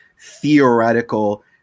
theoretical